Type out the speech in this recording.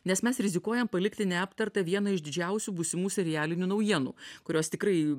nes mes rizikuojam palikti neaptartą viena iš didžiausių būsimų serialinių naujienų kurios tikrai